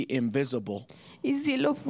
invisible